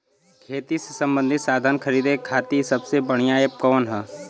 खेती से सबंधित साधन खरीदे खाती सबसे बढ़ियां एप कवन ह?